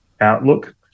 outlook